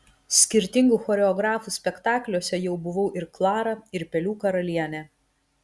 skirtingų choreografų spektakliuose jau buvau ir klara ir pelių karalienė